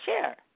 share